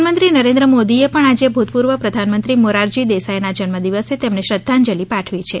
પ્રધાનમંત્રી નરેન્દ્ર મોદીએ પણ આજે ભુતપુર્વ પ્રધાનમંત્રી મોરારજી દેસાઇના જન્મ દિવસે તેમને શ્રધ્ધાંજલી પાઠવી છે